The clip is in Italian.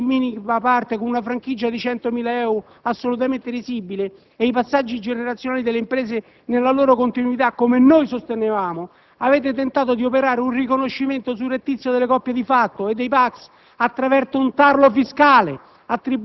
che fate in minima parte con una franchigia di euro 100.000 assolutamente risibile, e i passaggi generazionali delle imprese nella loro continuità, come noi sostenevamo, avete tentato di operare un riconoscimento surrettizio delle coppie di fatto e dei PACS attraverso un tarlo fiscale,